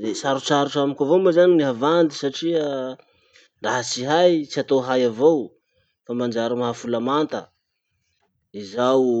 Le sarosarotsy amiko avao moa zany ny havandy satria raha tsy hay, tsy atao hay avao fa manjary mahafola manta. Izao o.